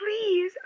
Please